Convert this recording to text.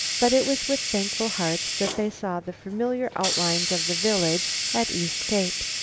but it was with thankful hearts that they saw the familiar outlines of the village at east cape.